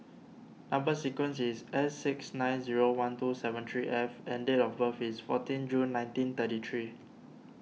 Number Sequence is S six nine zero one two seven three F and date of birth is fourteen June nineteen thirty three